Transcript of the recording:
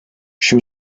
she